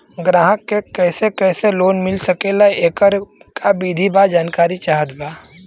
ग्राहक के कैसे कैसे लोन मिल सकेला येकर का विधि बा जानकारी चाहत बा?